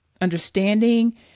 understanding